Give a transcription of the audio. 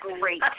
great